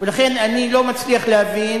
ולכן אני לא מצליח להבין